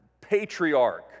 patriarch